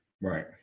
right